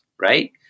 right